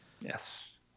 Yes